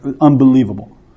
Unbelievable